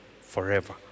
forever